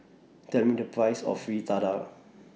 Tell Me The Price of Fritada